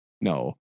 no